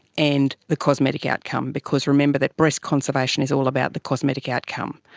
and the cosmetic outcome, because remember that breast conservation is all about the cosmetic outcome.